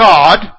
God